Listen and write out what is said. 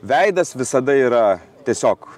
veidas visada yra tiesiog